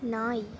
நாய்